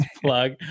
plug